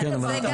זה גם וגם.